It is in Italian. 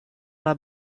alla